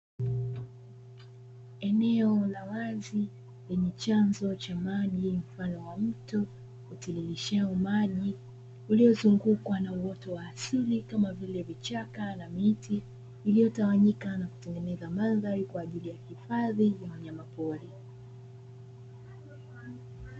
Eneo la wazi lenye chanzo cha maji mfano wa mto, utiririshao maji uliozungukwa na uoto wa asili kama vile; vichaka na miti iliyotawanyika, na kutengeneza madhari kwa ajili ya hifadhi ya wanyamapori.